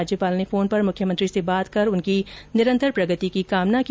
राज्यपाल ने फोन पर मुख्यमंत्री से बात कर उनकी निरन्तर प्रगति की कामना की